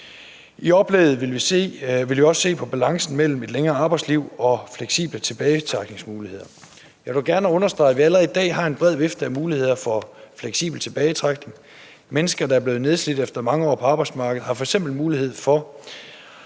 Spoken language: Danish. I oplægget vil vi også se på balancen mellem et længere arbejdsliv og fleksible tilbagetrækningsmuligheder. Jeg vil gerne understrege, at vi allerede i dag har en bred vifte af muligheder for fleksibel tilbagetrækning. Mennesker, der er blevet nedslidt efter mange år på arbejdsmarkedet, har f.eks. mulighed for